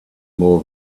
more